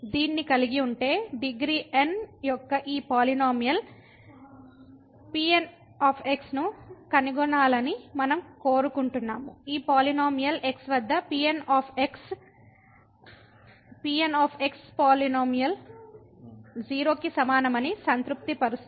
దీన్ని కలిగి ఉంటే డిగ్రీ n యొక్క ఈ పాలినోమియల్ Pn ను కనుగొనాలని మనం కోరుకుంటున్నాము ఈ పాలినోమియల్ x వద్ద Pn పాలినోమియల్ 0 కి సమానమని సంతృప్తిపరుస్తుంది